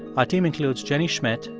our team includes jenny schmidt,